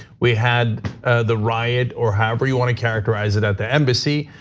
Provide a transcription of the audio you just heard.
we had the riot or however you wanna characterize it at the embassy.